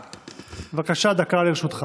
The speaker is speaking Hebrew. בבקשה, דקה לרשותך.